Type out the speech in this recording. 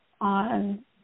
on –